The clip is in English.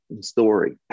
story